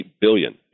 billion